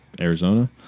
Arizona